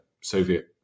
Soviet